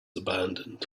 abandoned